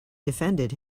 defended